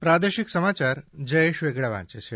પ્રાદેશિક સમાચાર જયેશ વેગડા વાંચે છે